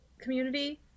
community